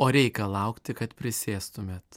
o reikia laukti kad prisėstumėt